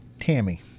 Tammy